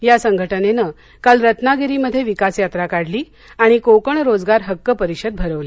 या संघटनेनं काल रत्नागिरीमध्ये विकास यात्रा काढली आणि कोकण रोजगार हक्क परिषद भरविली